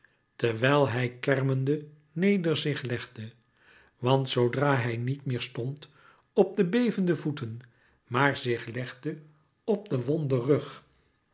terwijl hij kermende neder zich legde want zoodra hij niet meer stond op de bevende voeten maar zich legde op den wonden rug